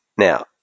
Now